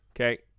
Okay